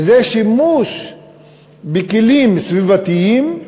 וזה שימוש בכלים סביבתיים,